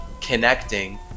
connecting